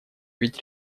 ведь